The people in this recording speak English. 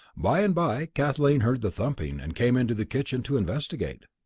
by and by kathleen heard the thumping, and came into the kitchen to investigate.